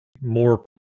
more